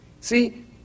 See